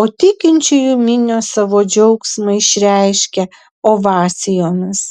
o tikinčiųjų minios savo džiaugsmą išreiškia ovacijomis